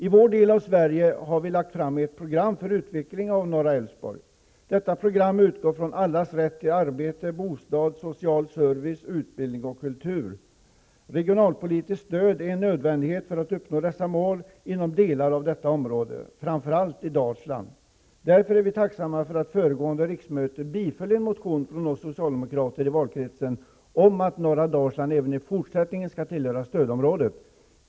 I vår del av Sverige har vi lagt fram ett program för utveckling av Norra Älvsborg. Detta program utgår från allas rätt till arbete, bostad, social service, utbildning och kultur. Regionalpolitiskt stöd är en nödvändighet för att uppnå dessa mål inom delar av detta område, framför allt i Dalsland. Därför är vi tacksamma för att föregående riksmöte biföll en motion, från oss socialdemokrater i valkretsen, om att norra Dalsland även i fortsättningen skall tillhöra stödområdet.